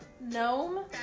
Gnome